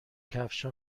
کفشها